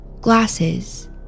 glasses